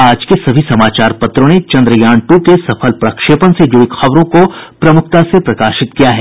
आज के सभी समाचार पत्रों ने चन्द्रयान टू के सफल प्रक्षेपण से जुड़ी खबरों को प्रमुखता से प्रकाशित किया है